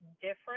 different